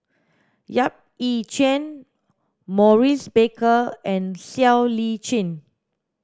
Yap Ee Chian Maurice Baker and Siow Lee Chin